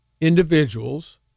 individuals